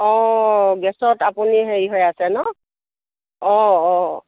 অঁ গেছত আপুনি হেৰি হৈ আছে ন অঁ অঁ